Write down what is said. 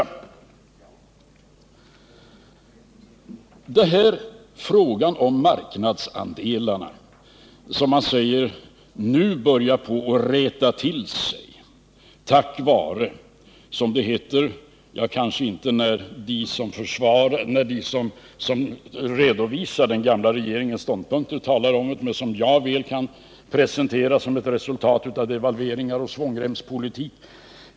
När det gäller Sveriges marknadsandelar säger man att det börjar rätta till sig nu tack vare devalveringar och svångremspolitik.